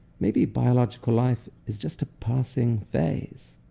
maybe biological life is just a passing phase.